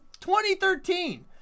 2013